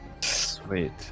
Sweet